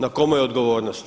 Na kome je odgovornost?